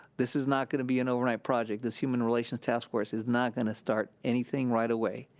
this is not gonna be an overnight project, this human relations task force is not gonna start anything right away,